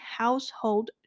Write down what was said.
household